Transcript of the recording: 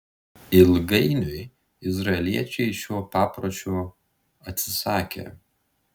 ilgainiui izraeliečiai šio papročio atsisakė